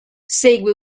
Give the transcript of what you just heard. segue